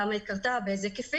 למה היא קרתה, באילו היקפים.